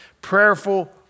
prayerful